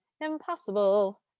impossible